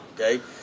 okay